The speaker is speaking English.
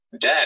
Dad